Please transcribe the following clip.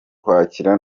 kwakira